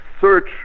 search